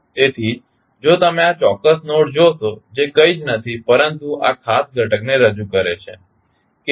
તેથી જો તમે આ ચોક્કસ નોડ જોશો જે કંઇ જ નથી પરંતુ આ ખાસ ઘટકને રજુ કરે છે કે જે dnydtnછે